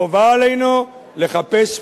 חובה עלינו לחפש פשרה,